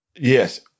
Yes